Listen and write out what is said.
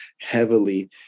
heavily